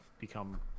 become